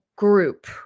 Group